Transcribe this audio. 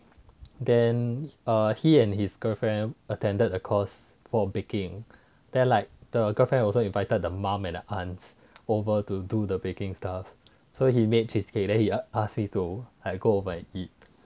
then err he and his girlfriend attended a course for baking then like the girlfriend also invited the mom and the aunt over to do the baking stuff so he made cheesecake then he ask me to go over eat